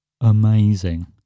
amazing